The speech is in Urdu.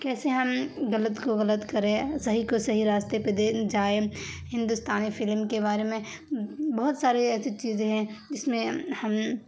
کیسے ہم غلط کو غلط کریں صحیح کو صحیح راستے پہ دے جائیں ہندوستانی فلم کے بارے میں بہت سارے ایسے چیزیں ہیں جس میں ہم